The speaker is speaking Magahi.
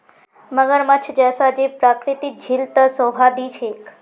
मगरमच्छ जैसा जीव प्राकृतिक झील त शोभा दी छेक